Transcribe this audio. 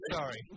Sorry